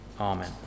Amen